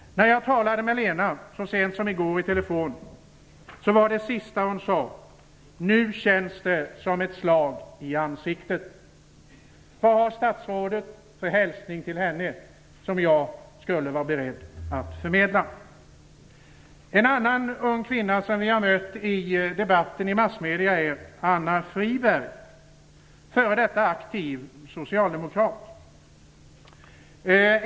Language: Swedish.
När jag så sent som i går talade med Lena i telefonen var det sista hon sade: Nu känns det som ett slag i ansiktet. Vad har statsrådet för hälsning till henne som jag skulle vara beredd att förmedla? En annan ung kvinna som vi har mött i debatten i massmedia är Ann Friberg, f.d. aktiv socialdemokrat.